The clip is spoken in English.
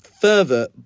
further